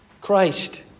Christ